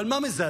אבל מה מזעזע?